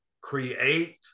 create